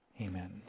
amen